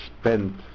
spent